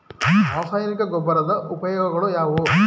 ರಾಸಾಯನಿಕ ಗೊಬ್ಬರದ ಉಪಯೋಗಗಳು ಯಾವುವು?